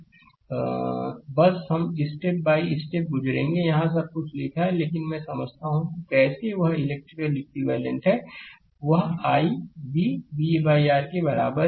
slide समय देखें 0655 slide समय देखें 0703 बस हम स्टेप बाय स्टेप गुजरेंगे यहाँ सब कुछ लिखा है लेकिन मैं समझाता हूं कि कैसे वह इलेक्ट्रिकल इक्विवेलेंट है वह i v v R के बराबर है या v I R के बराबर है